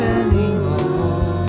anymore